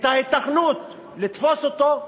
ההיתכנות לתפוס אותו,